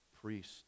priest